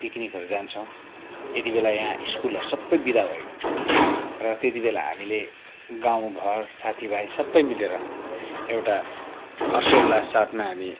पिकनिकहरू जान्छौँ यति बेला यहाँ स्कुलहरू सबै विदा भएको हुन्छ र त्यति बेला हामीले गाउँ र साथी भाइ सबै मिलेर एउटा हर्षोल्लास साथमा हामी